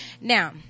Now